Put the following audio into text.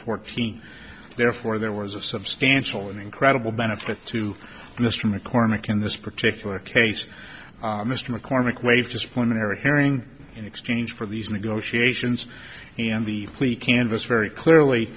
fourteen therefore there was a substantial and incredible benefit to mr maccormack in this particular case mr maccormack waived disciplinary hearing in exchange for these negotiations and the plea canvas very clearly